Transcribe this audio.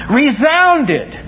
resounded